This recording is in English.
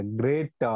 great